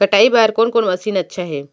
कटाई बर कोन कोन मशीन अच्छा हे?